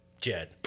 Jed